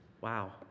Wow